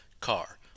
car